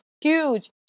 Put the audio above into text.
huge